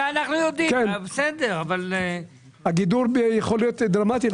הם עושים את האקסל ואז יביאו לנו לראות.